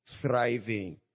thriving